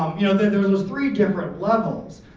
um you know, there there was those three different levels?